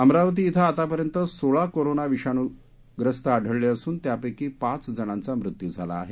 अमरावती श्व आतापर्यंत सोळा कोरोना विषाणूग्रस्त आढळले असून त्यपैकी पाच जणांचा मृत्यू झाला आहे